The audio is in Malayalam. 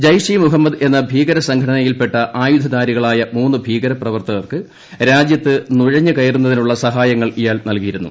ജൈഷ് ഈ മുഹമ്മദ് എന്ന ഭീകര സംഘടനയിൽപ്പെട്ട ആയുധധാരികളായ മൂന്ന് ഭീകരപ്രവർത്തകർക്ക് രാജ്യത്ത് നുഴഞ്ഞുകയറുന്നതിനുള്ള സഹായങ്ങൾ ഇി്യാൾ നൽകിയിരുന്നു